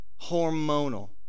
hormonal